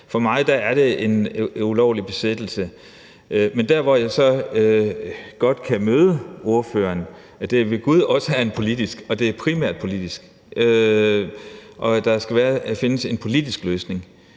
for mig er det en ulovlig besættelse. Men der, hvor jeg så godt kan møde ordføreren, er, med hensyn til at det ved Gud også er politisk, at det primært er politisk, og at der skal findes en politisk løsning.